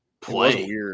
play